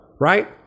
Right